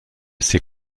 ses